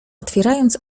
otwierając